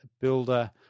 builder